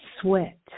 Sweat